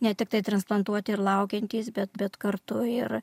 ne tiktai transplantuoti ir laukiantys bet bet kartu ir